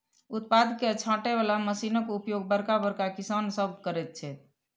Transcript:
उत्पाद के छाँटय बला मशीनक उपयोग बड़का बड़का किसान सभ करैत छथि